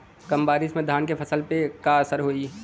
कम बारिश में धान के फसल पे का असर होई?